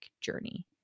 journey